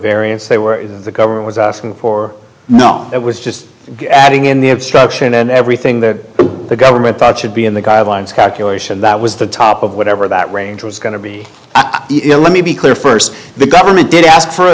various they were the government was asking for no it was just adding in the obstruction and everything that the government thought should be in the guidelines calculation that was the top of whatever that range was going to be let me be clear st the government did ask for a